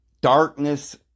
darkness